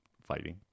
fighting